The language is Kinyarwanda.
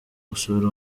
gusura